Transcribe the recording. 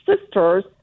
sisters